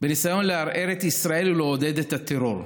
את ישראל ולעודד את הטרור.